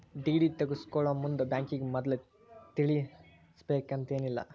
DD ತಗ್ಸ್ಕೊಳೊಮುಂದ್ ಬ್ಯಾಂಕಿಗೆ ಮದ್ಲ ತಿಳಿಸಿರ್ಬೆಕಂತೇನಿಲ್ಲಾ